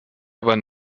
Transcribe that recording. aber